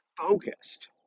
focused